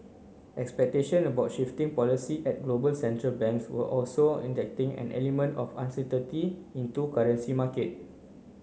expectation about shifting policy at global central banks were also injecting an element of uncertainty into currency markets